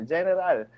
General